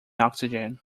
oxygen